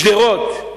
בשדרות,